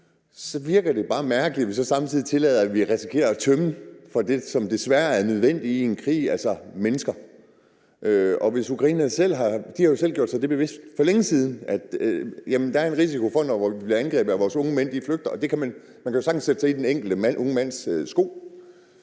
så virker det bare mærkeligt, at vi samtidig tillader, at vi risikerer at tømme landet for det, der desværre er nødvendigt i en krig, altså mennesker. Ukrainerne har jo selv gjort sig bevidst for længe siden, at der er en risiko for, at de unge mænd flygter, når man bliver angrebet. Man kan jo sagtens forestille sig at være i den enkelte unge mands sko,